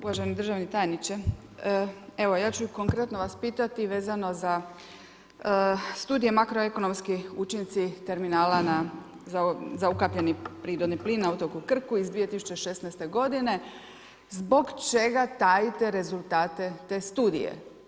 Uvaženi državni tajniče, evo ja ću konkretno vas pitati vezano za studije makroekonomski učinci terminala za ukapljeni prirodni plin na otoku Krku iz 2016. g., zbog čega tajite rezultate te studije?